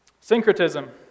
Syncretism